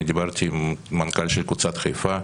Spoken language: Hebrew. אני דיברתי עם המנכ"ל של קבוצת חיפה,